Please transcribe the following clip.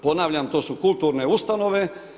Ponavljam, to su kulturne ustanove.